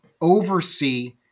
oversee